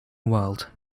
world